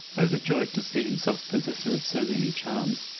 overjoyed to see himself possessor of so many charms,